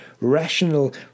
rational